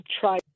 try